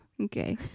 Okay